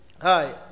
hi